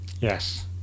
Yes